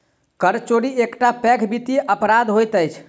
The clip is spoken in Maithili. कर चोरी एकटा पैघ वित्तीय अपराध होइत अछि